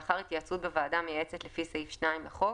לאחר התייעצות בוועדה מייעצת לפי סעיף 2 לחוק,